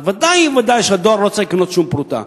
אז ודאי וודאי שהדואר לא צריך לגבות שום פרוטה,